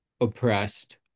oppressed